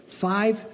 five